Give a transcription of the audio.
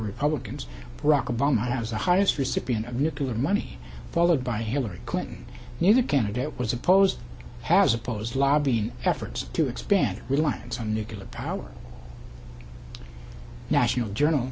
republicans rock a bomb has the highest received nuclear money followed by hillary clinton neither candidate was opposed has opposed lobbying efforts to expand reliance on nuclear power national journal